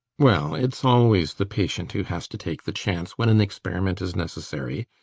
well, it's always the patient who has to take the chance when an experiment is necessary.